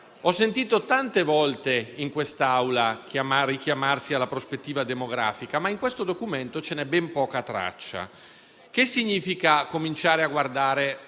Ho sentito tante volte in quest'Aula richiamarsi alla prospettiva demografica, ma in questo documento ce n'è ben poca traccia. Cosa significa cominciare a guardare